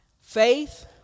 Faith